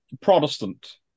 Protestant